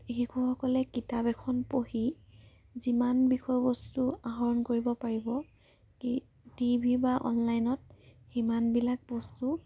শিশুসকলে কিতাপ এখন পঢ়ি যিমান বিষয়বস্তু আহৰণ কৰিব পাৰিব সি টি ভি বা অনলাইনত সিমানবিলাক বস্তু